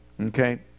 okay